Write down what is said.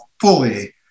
fully